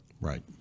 Right